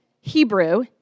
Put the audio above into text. Hebrew